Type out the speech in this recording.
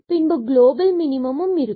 பின்பு குளோபல் மினிமமும் இருக்கும்